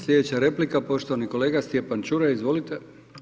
Slijedeća replika, poštovani kolega Stjepan Čuraj, izvolite.